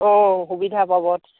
অঁ সুবিধা পাব